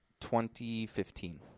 2015